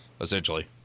essentially